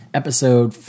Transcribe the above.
episode